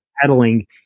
pedaling